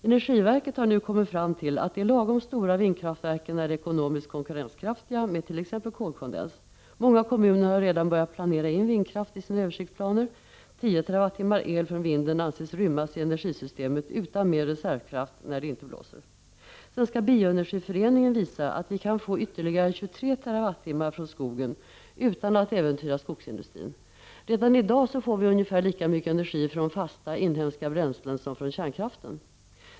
Energiverket har nu kommit fram till att de lagom stora vindkraftverken är ekonomiskt konkurrenskraftiga jämfört med t.ex. kolkondens. Många kommuner har redan börjat planera in vindkraft i sina översiktsplaner. 10 TWh el från vinden anses rymmas i energisystemet utan mer reservkraft när det inte blåser. Svenska bioenergiföreningen visar att vi kan få ytterligare 23 TWh från skogen utan att äventyra skogsindustrin. Redan i dag får vi ungefär lika mycket energi från fasta inhemska bränslen som från kärnkraften.